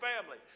family